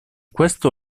questo